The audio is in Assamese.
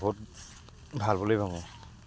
বহুত ভাল বুলি ভাবোঁ